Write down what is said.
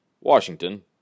Washington